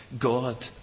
God